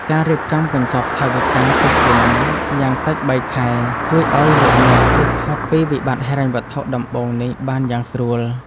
ការរៀបចំកញ្ចប់ថវិកាទុកជាមុនយ៉ាងតិចបីខែជួយឱ្យលោកអ្នកជៀសផុតពីវិបត្តិហិរញ្ញវត្ថុដំបូងនេះបានយ៉ាងស្រួល។